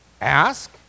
ask